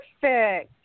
perfect